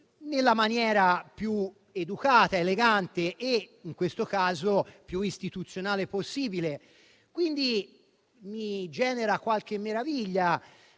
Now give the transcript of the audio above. nella maniera più educata, elegante e, in questo caso, più istituzionale possibile. Mi genera qualche meraviglia,